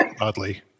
oddly